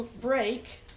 break